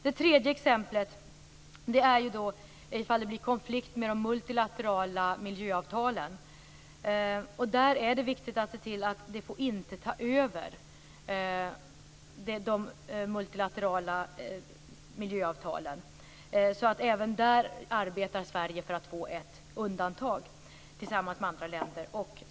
Det tredje exemplet gäller ifall det blir konflikt med de multilaterala miljöavtalen. Där är det viktigt att se till att MAI-avtalet inte får ta över de multilaterala miljöavtalen. Även där arbetar Sverige tillsammans med andra länder för att få till stånd ett undantag.